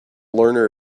learner